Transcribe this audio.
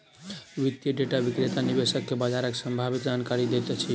वित्तीय डेटा विक्रेता निवेशक के बजारक सम्भंधित जानकारी दैत अछि